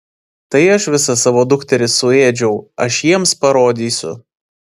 tai aš visas savo dukteris suėdžiau aš jiems parodysiu